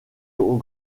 aux